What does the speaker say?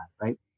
Right